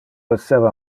esseva